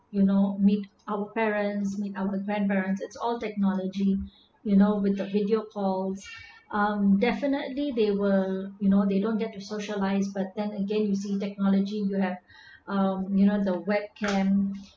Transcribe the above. you know meet our parents meet our grandparents it's all technology you know with a video calls um definitely they were you know they don't get to socialize but then again you see technology you have um you know the webcam